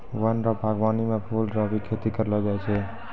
वन रो वागबानी मे फूल रो भी खेती करलो जाय छै